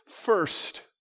first